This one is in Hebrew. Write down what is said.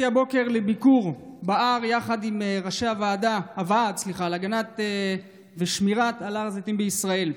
הבוקר לביקור בהר יחד עם ראשי הוועד להגנת ושמירת הר הזיתים בישראל.